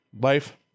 Life